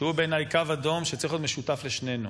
שהוא בעיניי קו אדום שצריך להיות משותף לשנינו,